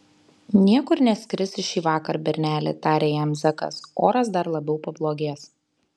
niekur neskrisi šįvakar berneli tarė jam zekas oras dar labiau pablogės